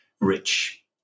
rich